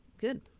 good